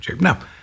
Now